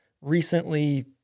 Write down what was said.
recently-